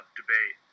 debate